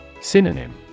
Synonym